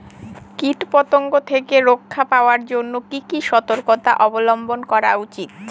কীটপতঙ্গ থেকে রক্ষা পাওয়ার জন্য কি কি সর্তকতা অবলম্বন করা উচিৎ?